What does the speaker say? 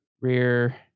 rear